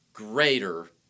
Greater